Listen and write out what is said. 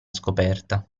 scoperta